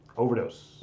Overdose